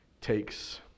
takes